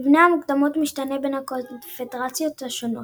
מבנה המוקדמות משתנה בין הקונפדרציות השונות.